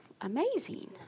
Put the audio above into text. amazing